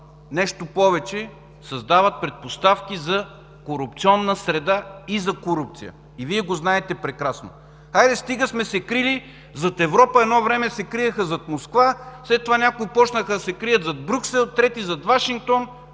Нещо повече, създават предпоставки за корупционна среда и за корупция, и Вие го знаете прекрасно. Хайде стига сме се крили зад Европа! Едно време се криеха зад Москва, след това някои започнаха да се крият зад Брюксел, трети зад Вашингтон.